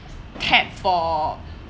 tap for